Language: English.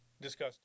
discussed